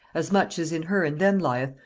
as much as in her and them lieth,